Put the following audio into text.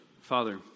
Father